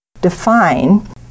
define